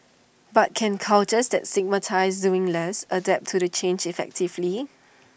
but can cultures that stigmatise doing less adapt to the change effectively